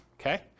Okay